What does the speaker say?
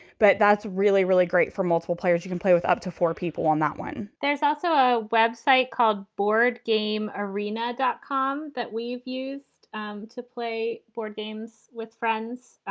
but that's really, really great for multiple players. you can play with up to four people on that one there's also a web site called board game arena dot com that we've used um to play board games with friends,